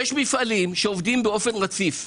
יש מפעלים שעובדים באופן רציף,